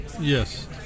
Yes